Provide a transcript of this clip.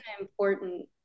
important